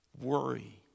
worry